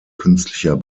künstlicher